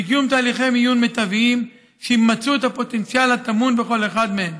בקיום תהליכי מיון מיטביים שימצו את הפוטנציאל הטמון בכל אחד מהם.